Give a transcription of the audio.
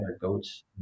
goats